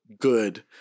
good